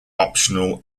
optional